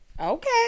Okay